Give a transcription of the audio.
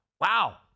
wow